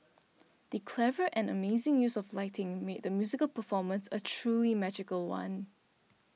the clever and amazing use of lighting made the musical performance a truly magical one